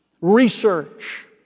Research